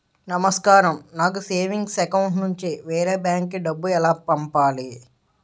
నమస్కారం నాకు savings account నుంచి వేరే బ్యాంక్ కి డబ్బు ఎలా పంపాలి?